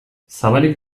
zabalik